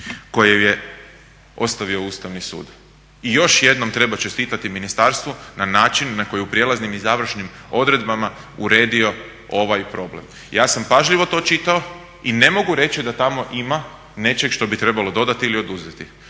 koju je ostavio Ustavni sud i još jednom treba čestitati ministarstvu na način na koji je u prijelaznim i završnim odredbama uredio ovaj problem. Ja sam pažljivo to čitao i ne mogu reći da tamo ima nečeg što bi trebalo dodati ili oduzeti.